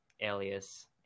alias